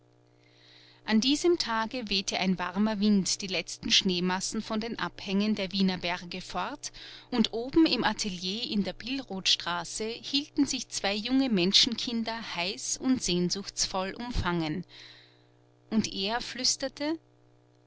an diesem tage wehte ein warmer wind die letzten schneemassen von den abhängen der wiener berge fort und oben im atelier in der billrothstraße hielten sich zwei junge menschenkinder heiß und sehnsuchtsvoll umfangen und er flüsterte